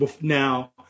now